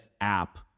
app